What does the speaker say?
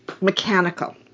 mechanical